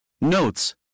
Notes